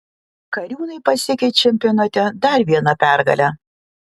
kariūnai pasiekė čempionate dar vieną pergalę